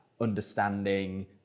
understanding